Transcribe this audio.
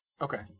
Okay